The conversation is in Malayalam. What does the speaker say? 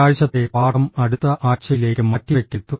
ഒരാഴ്ചത്തെ പാഠം അടുത്ത ആഴ്ചയിലേക്ക് മാറ്റിവയ്ക്കരുത്